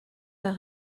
d’un